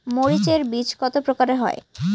মরিচ এর বীজ কতো প্রকারের হয়?